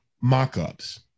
mock-ups